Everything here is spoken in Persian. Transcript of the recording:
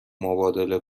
مبادله